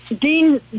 Dean